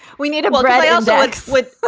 we need a but real dog with.